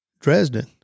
Dresden